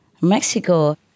Mexico